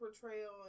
portrayal